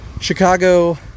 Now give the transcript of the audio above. Chicago